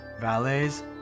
valets